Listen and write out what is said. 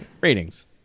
Ratings